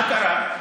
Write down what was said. מה קרה?